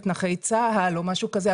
את נכי צה"ל או משהו כזה,